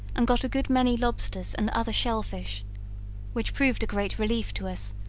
and got a good many lobsters and other shellfish which proved a great relief to us,